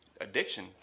Addiction